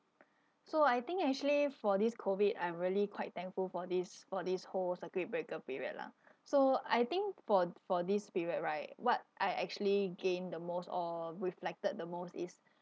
so I think actually for this COVID I'm really quite thankful for this for this whole circuit breaker period lah so I think for for this period right what I actually gained the most or reflected the most is